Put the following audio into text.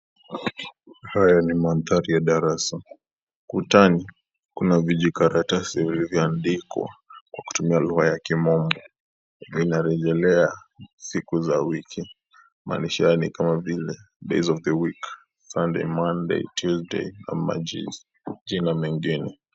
Haya ni mandhari ya darasa. Kutani, kuna vijikaratasi vilivyoandikwa, kwa kutumia lugha ya kimombo. Vinarejelea siku za wiki. Maandishi haya ni kama vile, "Days Of the Week, Sunday, Monday, Tuesday, " na majina mengine.